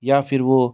या फिर वो